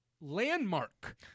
landmark